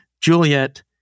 Juliet